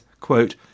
quote